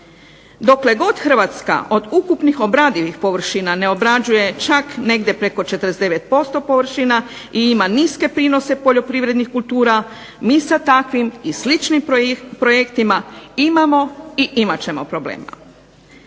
Dokle god Hrvatska od ukupnih obradivih površina ne obrađuje čak negdje preko 49% površina i ima niske prinose poljoprivrednih kultura mi sa takvim i sličnim projektima imamo i imat ćemo problema.